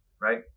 Right